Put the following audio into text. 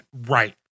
right